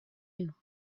you